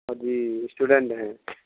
جی students ہیں